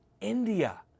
India